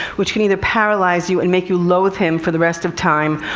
which can either paralyze you and make you loathe him for the rest of time,